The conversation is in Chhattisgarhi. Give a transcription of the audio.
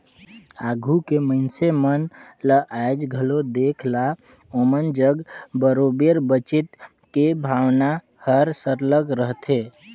आघु के मइनसे मन ल आएज घलो देख ला ओमन जग बरोबेर बचेत के भावना हर सरलग रहथे